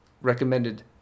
recommended